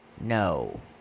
No